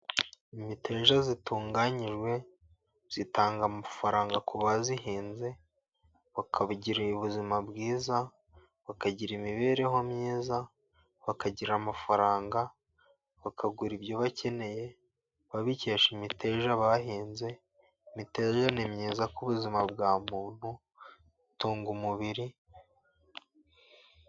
Imiteja itunganyijwe itanga amafaranga ku bayihinze bakaba bigiriye ubuzima bwiza, bakagira imibereho myiza, bakagira amafaranga, bakagura ibyo bakeneye, babikesha imiteja bahinze, imiteja ni myiza ku buzima bwa muntu, itunga umubiri.